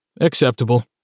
Acceptable